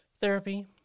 Therapy